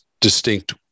distinct